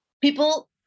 people